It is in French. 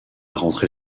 rentrée